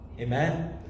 Amen